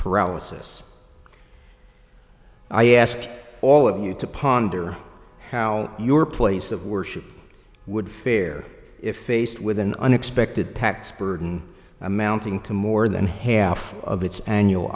paralysis i ask all of you to ponder how your place of worship would fare if faced with an unexpected tax burden amounting to more than half of its annual